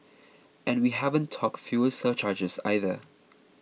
and we haven't talked fuel surcharges either